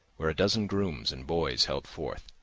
where a dozen grooms and boys held forth,